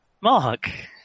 Mark